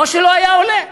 או שלא היה עולה.